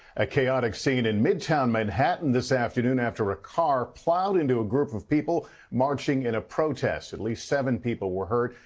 a chaotic scene in midtown manhattan this afternoon after a car plowed into a group of people marching in a protest. at least seven people were hurt.